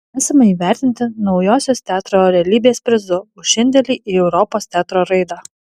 esame įvertinti naujosios teatro realybės prizu už indėlį į europos teatro raidą